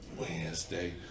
Wednesday